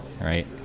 right